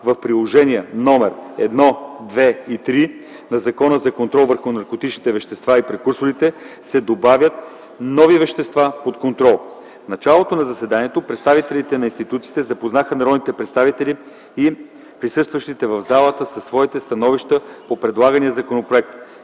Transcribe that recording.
в приложения № 1, 2 и 3 на Закона за контрол върху наркотичните вещества и прекурсорите се добавят нови вещества под контрол. В началото на заседанието представителите на институциите запознаха народните представители и присъстващите в залата със своите становища по предлагания законопроект,